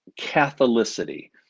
catholicity